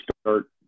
start